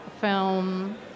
film